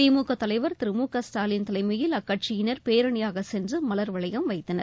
திமுக தலைவர் திரு மு ஸ்டாலின் தலைமையில் அக்கட்சியினர் பேரணியாக சென்று மலர்வளையம் வைத்தனர்